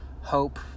Hope